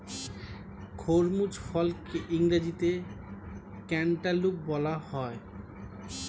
খরমুজ ফলকে ইংরেজিতে ক্যান্টালুপ বলা হয়